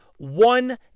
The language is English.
One